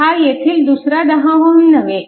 हा येथील दुसरा 10Ω नव्हे